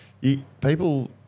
people